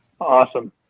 Awesome